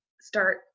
start